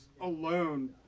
alone